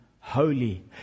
holy